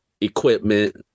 equipment